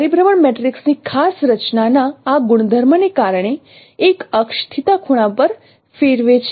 પરિભ્રમણ મેટ્રિક્સની ખાસ રચના ના આ ગુણધર્મને કારણે એક અક્ષ ખૂણા પર ફેરવે છે